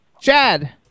Chad